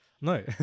No